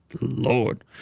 Lord